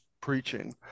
preaching